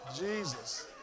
Jesus